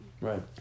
right